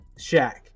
Shaq